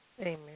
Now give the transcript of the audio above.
amen